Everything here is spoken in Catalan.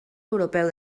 europeu